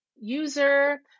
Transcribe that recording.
User